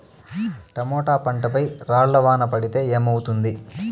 Tomato పంట పై రాళ్లు వాన పడితే ఏమవుతుంది?